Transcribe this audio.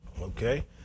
Okay